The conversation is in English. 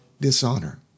dishonor